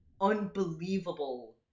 unbelievable